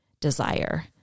desire